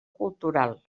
cultural